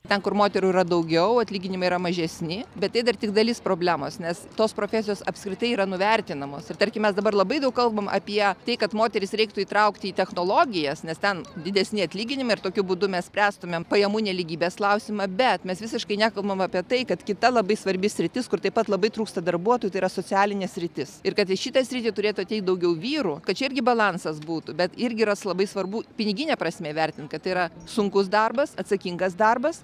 ten kur moterų yra daugiau atlyginimai yra mažesni bet tai dar tik dalis problemos nes tos profesijos apskritai yra nuvertinamos ir tarkim mes dabar labai daug kalbam apie tai kad moteris reiktų įtraukti į technologijas nes ten didesni atlyginimai ir tokiu būdu mes spręstumėm pajamų nelygybės klausimą bet mes visiškai nekalbam apie tai kad kita labai svarbi sritis kur taip pat labai trūksta darbuotojų tai yra socialinė sritis ir kad į šitą sritį turėtų ateit daugiau vyrų kad čia irgi balansas būtų bet irgi ras labai svarbu pinigine prasme įvertint kad tai yra sunkus darbas atsakingas darbas